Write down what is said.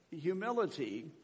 humility